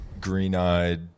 green-eyed